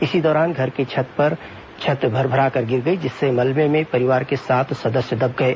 इसी दौरान घर की छत भर भराकर गिर गई जिससे मलबे में परिवार के सात सदस्य दब गए